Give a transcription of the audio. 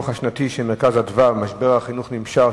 הדוח השנתי של "מרכז אדוה": משבר החינוך נמשך,